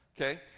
Okay